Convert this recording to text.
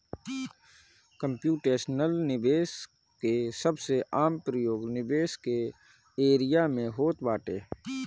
computational निवेश के सबसे आम प्रयोग निवेश के एरिया में होत बाटे